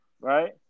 right